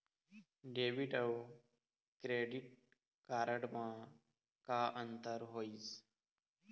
Debit अऊ credit card म का अंतर होइस?